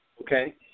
Okay